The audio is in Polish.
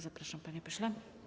Zapraszam, panie pośle.